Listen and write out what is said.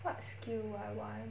what skill I want